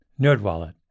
NerdWallet